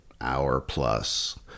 hour-plus